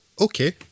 okay